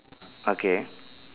okay